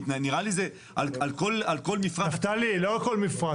נראה לי זה על כל מפרט --- נפתלי, לא על כל מפרט.